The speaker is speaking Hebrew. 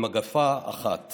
חושב רק על עצמך מהבוקר עד הלילה.